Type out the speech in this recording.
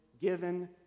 given